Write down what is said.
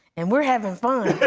and we're having fun.